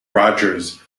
rogers